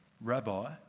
Rabbi